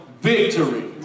victory